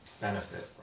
benefit